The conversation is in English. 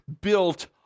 built